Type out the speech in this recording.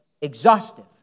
exhaustive